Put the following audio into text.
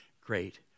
great